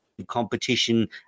competition